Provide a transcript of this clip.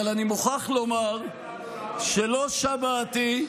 אבל אני מוכרח לומר שלא שמעתי,